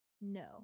No